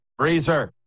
Breezer